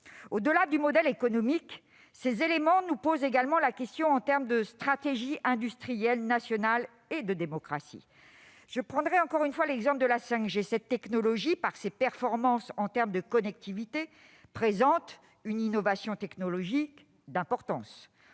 Au-delà du modèle économique, ces éléments nous interrogent également en matière de stratégie industrielle nationale et de démocratie. Je prendrai encore une fois l'exemple de la 5G. Cette technologie, par ses performances en termes de connectivité, est une innovation d'importance.